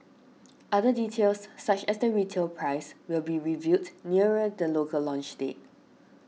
other details such as the retail price will be revealed nearer the local launch date